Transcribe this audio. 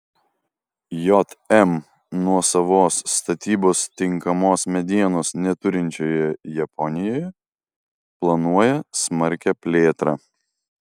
jm nuosavos statybos tinkamos medienos neturinčioje japonijoje planuoja smarkią plėtrą